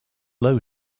low